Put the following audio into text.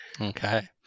Okay